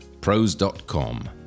Pros.com